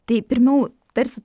tai pirmiau tarsi